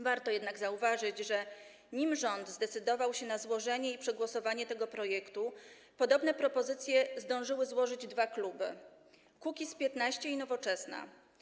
Warto jednak zauważyć, że nim rząd zdecydował się na złożenie i przegłosowanie tego projektu, podobne propozycje zdążyły złożyć dwa kluby, Kukiz’15 i Nowoczesna.